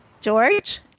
George